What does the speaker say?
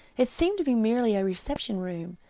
it seemed to be merely a reception-room,